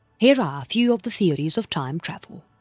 here are few of the theories of time travel.